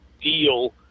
deal